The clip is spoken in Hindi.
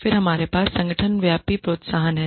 फिर हमारे पास संगठन व्यापी प्रोत्साहन हैं